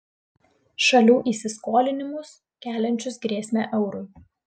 šalių įsiskolinimus keliančius grėsmę eurui